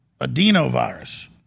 adenovirus